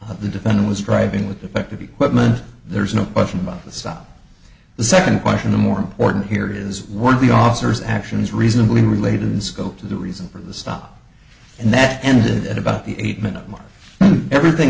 of the defendant was driving with defective equipment there's no question about the stop the second question the more important here is one of the officer's actions reasonably related in scope to the reason for the stop and that ended at about the eight minute mark everything